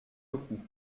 coups